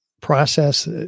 process